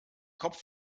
kopf